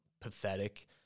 pathetic